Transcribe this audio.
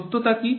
সত্যতা কি